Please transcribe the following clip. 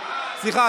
סליחה,